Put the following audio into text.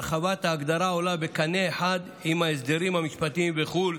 והרחבת ההגדרה עולה בקנה אחד עם ההסדרים המשפטיים בחו"ל,